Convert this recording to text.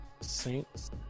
Saints